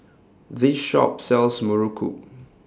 This Shop sells Muruku